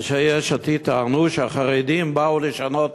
אנשי יש עתיד טענו שהחרדים באו לשנות